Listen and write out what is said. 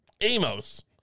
Amos